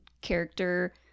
character